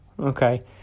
okay